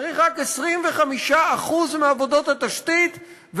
צריך רק 25% מעבודות התשתיות,